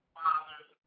fathers